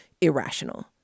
irrational